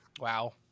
Wow